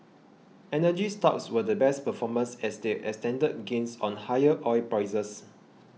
energy stocks were the best performers as they extended gains on higher oil prices